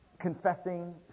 confessing